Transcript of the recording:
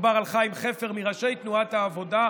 שמדובר על חיים חפר, מראשי תנועת העבודה,